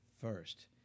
first